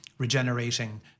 regenerating